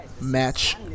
match